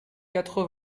quatre